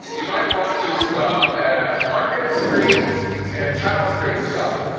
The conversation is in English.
you might want to stop at market street and street stop